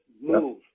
move